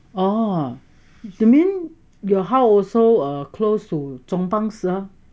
oh that mean your house also close to chong pang 是吗